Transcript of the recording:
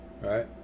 right